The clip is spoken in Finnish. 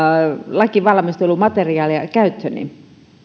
lakivalmistelumateriaalia käyttööni